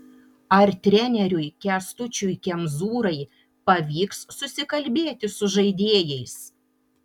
ar treneriui kęstučiui kemzūrai pavyks susikalbėti su žaidėjais